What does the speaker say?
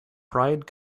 pride